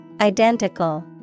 Identical